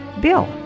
Bill